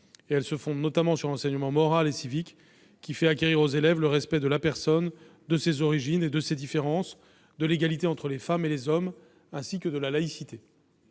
Elle se fonde en particulier sur l'enseignement moral et civique, qui fait acquérir aux élèves le respect de la personne, de ses origines et de ses différences, de l'égalité entre les femmes et les hommes, ainsi que de la laïcité.